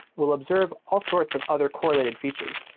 will observe all sorts of other correlated features.